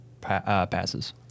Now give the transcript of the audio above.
passes